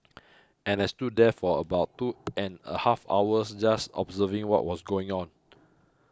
and I stood there for about two and a half hours just observing what was going on